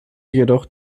jedoch